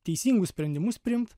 teisingus sprendimus priimt